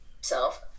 self